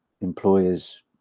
employers